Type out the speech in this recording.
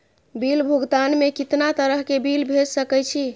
Bill भुगतान में कितना तरह के बिल भेज सके छी?